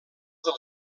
del